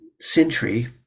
century